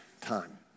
time